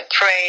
pray